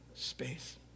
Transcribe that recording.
Space